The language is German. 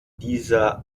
dieser